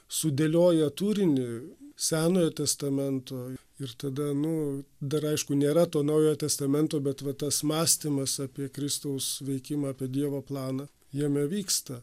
sudėlioja turinį senojo testamento ir tada nu dar aišku nėra to naujojo testamento bet va tas mąstymas apie kristaus veikimą apie dievo planą jame vyksta